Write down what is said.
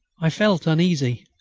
i felt uneasy,